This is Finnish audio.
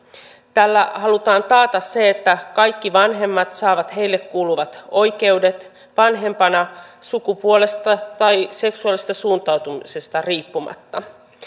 tällä halutaan taata se että kaikki vanhemmat saavat heille kuuluvat oikeudet vanhempana sukupuolesta tai seksuaalisesta suuntautumisesta riippumatta